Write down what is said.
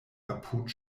apud